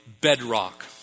bedrock